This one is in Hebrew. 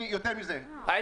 ב-2018.